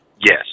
Yes